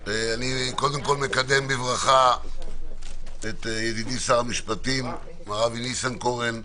אני מקדם בברכה את ידידי שר המשפטים מר אבי ניסנקורן,